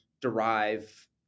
derive